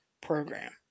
program